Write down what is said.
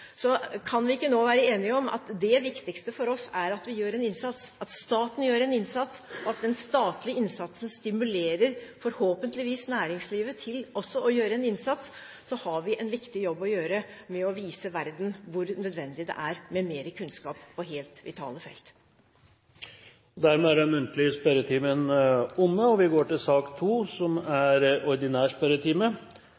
Kan vi ikke nå være enige om at det viktigste for oss er at vi gjør en innsats, at staten gjør en innsats, og at den statlige innsatsen stimulerer, forhåpentligvis, næringslivet til også å gjøre en innsats? Så har vi en viktig jobb å gjøre med å vise verden hvor nødvendig det er med mer kunnskap på helt vitale felt. Dermed er den muntlige spørretimen omme. Det blir én endring i den oppsatte spørsmålslisten, og presidenten viser i den sammenhengen til den oversikten som